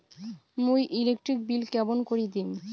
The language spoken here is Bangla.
মুই ইলেকট্রিক বিল কেমন করি দিম?